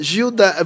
Gilda